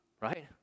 Right